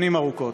שנים ארוכות.